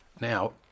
Now